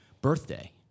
birthday